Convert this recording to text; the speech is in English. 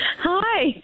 Hi